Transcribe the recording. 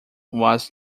was